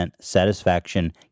satisfaction